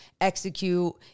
execute